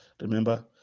Remember